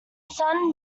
sun